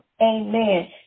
Amen